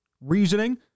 reasoning